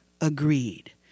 agreed